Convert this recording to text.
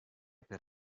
per